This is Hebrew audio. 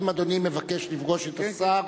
אם אדוני מבקש לפגוש את השר,